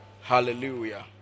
hallelujah